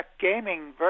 Gaming